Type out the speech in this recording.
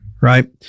Right